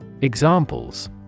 Examples